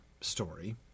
story